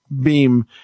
beam